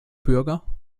bürger